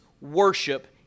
worship